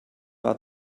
war